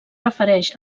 refereix